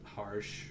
harsh